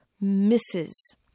misses